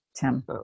Tim